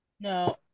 No